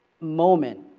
moment